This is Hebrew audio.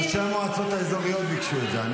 ראשי המועצות האזוריות ביקשו את זה.